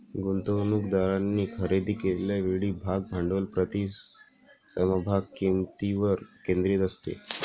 गुंतवणूकदारांनी खरेदी केलेल्या वेळी भाग भांडवल प्रति समभाग किंमतीवर केंद्रित असते